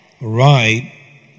Right